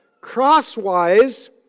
crosswise